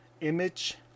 image